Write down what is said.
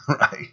right